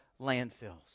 landfills